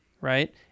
right